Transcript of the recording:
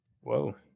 Whoa